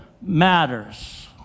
matters